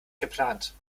geplant